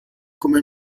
come